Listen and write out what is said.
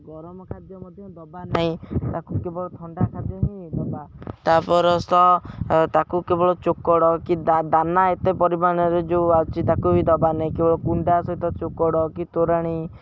ଗରମ ଖାଦ୍ୟ ମଧ୍ୟ ଦେବା ନାହିଁ ତାକୁ କେବଳ ଥଣ୍ଡା ଖାଦ୍ୟ ହିଁ ଦେବା ତା'ପରେ ତ ତାକୁ କେବଳ ଚୋକଡ଼ କି ଦାନା ଏତେ ପରିମାଣରେ ଯେଉଁ ଅଛି ତାକୁ ବି ଦେବା ନାହିଁ କେବଳ କୁଣ୍ଡା ସହିତ ଚୋକଡ଼ କି ତୋରାଣି